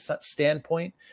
standpoint